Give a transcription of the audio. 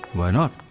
why not?